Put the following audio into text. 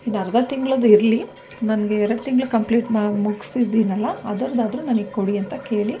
ಇನ್ನೂ ಅರ್ಧ ತಿಂಗ್ಳದ್ದು ಇರಲಿ ನನಗೆ ಎರಡು ತಿಂಗ್ಳು ಕಂಪ್ಲೀಟ್ ಮಾ ಮುಗಿಸಿದ್ದೀನಲ್ಲ ಅದರದ್ದಾದ್ರೂ ನನಗೆ ಕೊಡಿ ಅಂತ ಕೇಳಿ